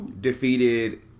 defeated